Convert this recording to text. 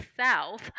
south